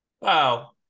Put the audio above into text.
Wow